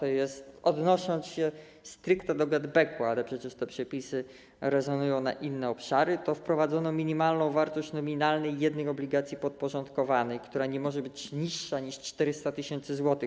Odnosząc się stricte do GetBack, ale przecież te przepisy rezonują na inne obszary, wprowadzono minimalną wartość jednej nominalnej obligacji podporządkowanej, która nie może być niższa niż 400 tys. zł.